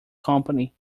company